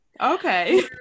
okay